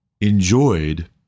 enjoyed